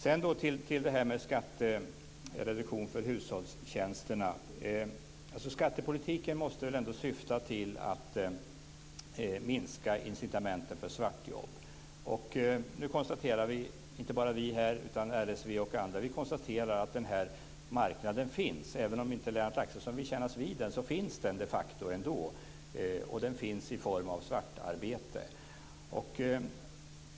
Sedan var det frågan om skattereduktion för hushållsnära tjänster. Skattepolitiken måste väl syfta till att minska incitamenten för svartjobb. Nu konstaterar vi, inte bara vi här utan också RSV och andra, att den här marknaden finns. Även om Lennart Axelsson inte vill kännas vid den finns den de facto, och den finns i form av svartarbete.